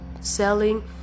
selling